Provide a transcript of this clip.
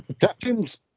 captains